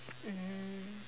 mm